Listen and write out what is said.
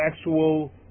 actual